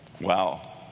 Wow